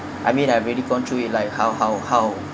I mean I've already gone through it like how how how